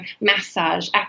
massage